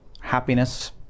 happiness